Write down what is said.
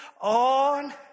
on